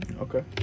Okay